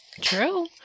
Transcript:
True